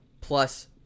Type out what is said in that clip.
plus